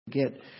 get